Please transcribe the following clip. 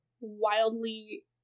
wildly